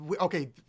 okay